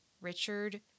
Richard